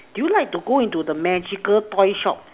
do you like to go into the magical toyshop